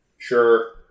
Sure